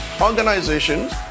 organizations